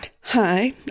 Hi